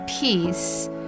peace